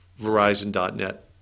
verizon.net